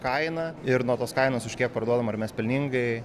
kaina ir nuo tos kainos už kiek parduodam ar mes pelningai